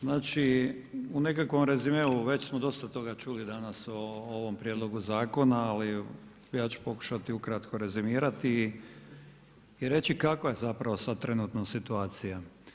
Znači u nekakvom rezimeu, već smo dosta toga čuli danas, o ovom prijedlogu zakona, ali ja ću pokušati ukratko rezimirati i reći kakva je zapravo sad trenutno situacija.